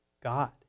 God